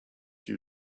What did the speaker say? you